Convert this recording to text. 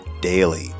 daily